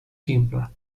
simpler